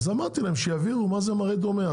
אז אמרתי להם שיבהירו מה זה מראה דומה,